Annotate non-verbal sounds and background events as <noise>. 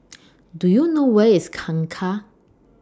<noise> Do YOU know Where IS Kangkar